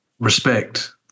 Respect